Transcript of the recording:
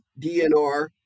dnr